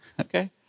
Okay